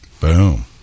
Boom